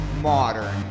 modern